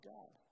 God